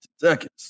seconds